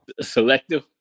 Selective